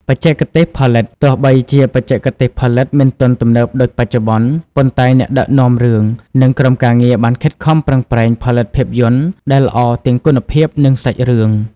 បច្ចេកទេសផលិត ទោះបីជាបច្ចេកទេសផលិតមិនទាន់ទំនើបដូចបច្ចុប្បន្ន ប៉ុន្តែអ្នកដឹកនាំរឿងនិងក្រុមការងារបានខិតខំប្រឹងប្រែងផលិតភាពយន្តដែលល្អទាំងគុណភាពនិងសាច់រឿង។